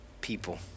people